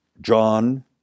John